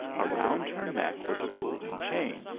around her neck was a golden chain,